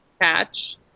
patch